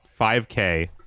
5K